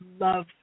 love